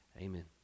Amen